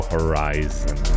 Horizon